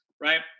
right